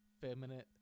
feminine